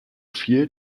fiel